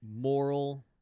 moral